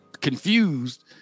confused